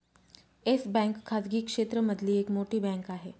yes bank खाजगी क्षेत्र मधली एक मोठी बँक आहे